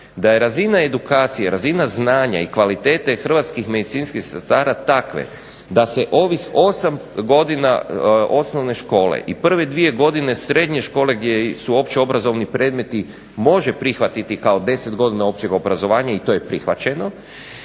da je razina edukacije, razina znanja i kvalitete hrvatskih medicinskih sestara takva da se ovih osam godina osnovne škole i prve dvije godine srednje škole gdje su opće obrazovni predmeti može prihvatiti kao 10 godina općeg obrazovanja i to je prihvaćeno.